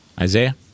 Isaiah